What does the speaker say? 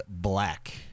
black